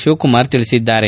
ಶಿವಕುಮಾರ್ ಹೇಳಿದ್ದಾರೆ